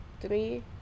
three